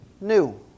new